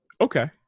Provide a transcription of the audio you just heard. Okay